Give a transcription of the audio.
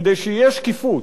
כדי שתהיה שקיפות,